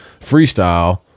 freestyle